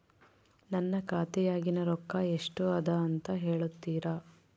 ನನ್ನ ಖಾತೆಯಾಗಿನ ರೊಕ್ಕ ಎಷ್ಟು ಅದಾ ಅಂತಾ ಹೇಳುತ್ತೇರಾ?